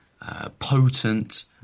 Potent